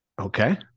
Okay